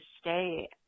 stay